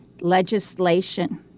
legislation